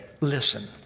Listen